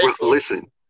Listen